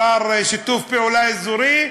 שר לשיתוף פעולה אזורי,